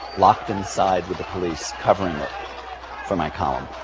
locked inside with the police, covering for my column.